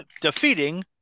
defeating